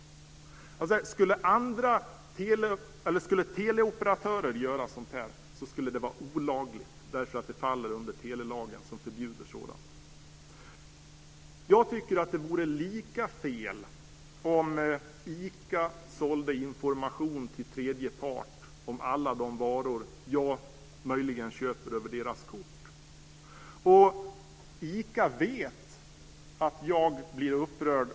Skulle Teliaoperatörer göra sådant här skulle det vara olagligt eftersom det faller under telelagen, som förbjuder sådant. Jag tycker att det vore lika fel om ICA sålde information till tredje part om alla de varor som dess kunder köper med hjälp av ICA:s kort.